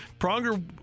Pronger